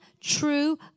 true